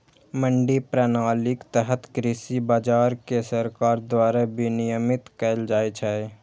मंडी प्रणालीक तहत कृषि बाजार कें सरकार द्वारा विनियमित कैल जाइ छै